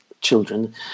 children